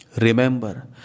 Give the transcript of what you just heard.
Remember